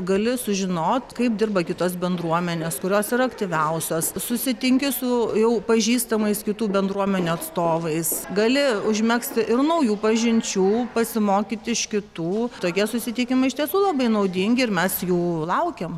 gali sužinot kaip dirba kitos bendruomenės kurios yra aktyviausios susitinki su jau pažįstamais kitų bendruomenių atstovais gali užmegzti ir naujų pažinčių pasimokyti iš kitų tokie susitikimai iš tiesų labai naudingi ir mes jų laukiam